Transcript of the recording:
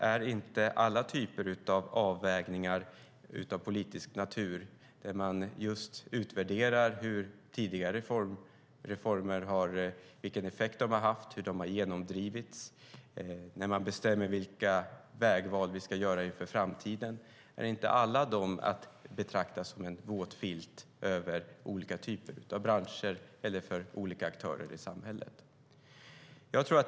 Är inte alla typer av avvägningar av politisk natur, Sofia Fölster, att utvärdera vilken effekt tidigare reformer har haft, hur de har genomdrivits, vägval inför framtiden, att betrakta som en våt filt över olika typer av branscher eller för olika aktörer i samhället?